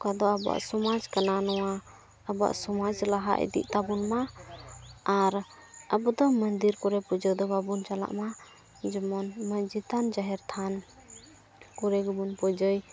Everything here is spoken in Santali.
ᱚᱠᱟ ᱫᱚ ᱟᱵᱚᱣᱟᱜ ᱥᱚᱢᱟᱡᱽ ᱠᱟᱱᱟ ᱱᱚᱣᱟ ᱟᱵᱚᱣᱟᱜ ᱥᱚᱢᱟᱡᱽ ᱞᱟᱦᱟ ᱤᱫᱤᱜ ᱛᱟᱵᱚᱱᱢᱟ ᱟᱨ ᱟᱵᱚ ᱫᱚ ᱢᱚᱱᱫᱤᱨ ᱠᱚᱨᱮ ᱯᱩᱡᱟᱹ ᱫᱚ ᱵᱟᱵᱚᱱ ᱪᱟᱞᱟᱜᱢᱟ ᱡᱮᱢᱚᱱ ᱢᱟᱺᱡᱷᱤ ᱛᱷᱟᱱ ᱡᱟᱦᱮᱨ ᱛᱷᱟᱱ ᱠᱚᱨᱮ ᱜᱮᱵᱚᱱ ᱯᱩᱡᱟᱹᱭ